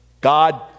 God